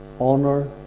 honor